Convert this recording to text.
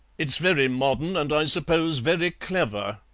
it's very modern, and i suppose very clever,